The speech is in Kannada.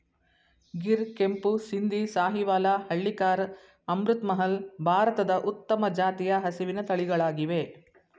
ಗಿರ್, ಕೆಂಪು ಸಿಂಧಿ, ಸಾಹಿವಾಲ, ಹಳ್ಳಿಕಾರ್, ಅಮೃತ್ ಮಹಲ್, ಭಾರತದ ಉತ್ತಮ ಜಾತಿಯ ಹಸಿವಿನ ತಳಿಗಳಾಗಿವೆ